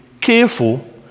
careful